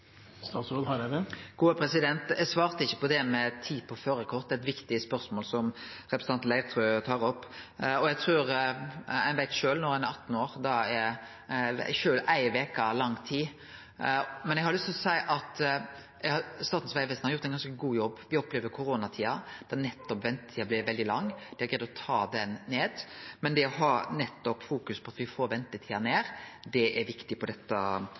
Eg svarte ikkje på det med tida for å ta førarkort. Det er eit viktig spørsmål som representanten Leirtrø tar opp. Ein veit sjølv at når ein er 18 år, er sjølv ei veke lang tid. Eg har lyst til å seie at Statens vegvesen har gjort ein ganske god jobb. Me opplever koronatida, der nettopp ventetida blir veldig lang – dei har greidd å ta ho ned. Det å ha fokus på at me får ventetida ned, er viktig på dette